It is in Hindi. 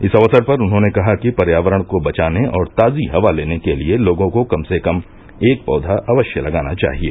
इस अवसर पर उन्होंने कहा कि पर्यावरण को बचाने और ताजी हवा लेने के लिए लोगों को कम से कम एक पौधा अवश्य लगाना चाहिए